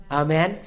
amen